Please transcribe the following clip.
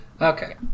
okay